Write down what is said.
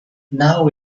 now